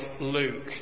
Luke